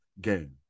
game